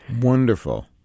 Wonderful